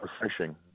refreshing